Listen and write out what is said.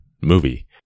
movie